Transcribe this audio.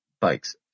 bikes